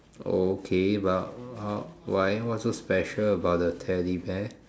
okay but uh why what's so special about the teddy bear